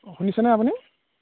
অঁ শুনিছেনে আপুনি